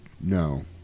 No